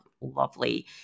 lovely